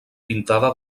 pintada